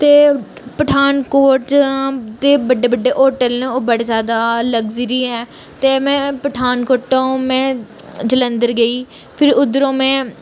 ते पठानकोट च बड्डे बड्डे होटल न ओह् बड़े ज्यादा लक्ज़री ऐ ते मै पठानकोटों मै जलंधर गेई फिर उद्धरों मै